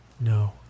No